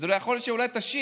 יכול להיות שתשיב.